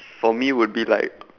for me would be like